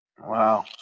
Wow